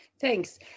Thanks